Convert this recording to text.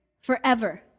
forever